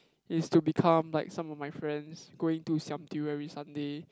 is to become like some of my friends going to siam-diu every Sunday